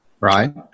Right